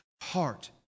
heart